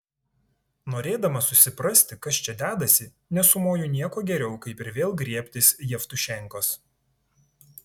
norėdamas susiprasti kas čia dedasi nesumoju nieko geriau kaip ir vėl griebtis jevtušenkos